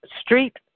street